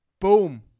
Boom